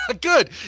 good